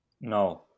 No